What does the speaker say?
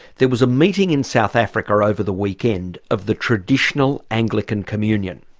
there was a meeting in south africa over the weekend of the traditional anglican communion.